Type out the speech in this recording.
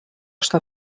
està